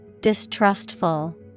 Distrustful